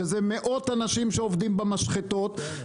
שזה מאות אנשים שעובדים במשחטות.